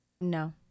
No